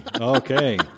okay